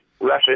Russia